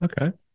Okay